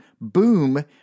boom